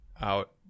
out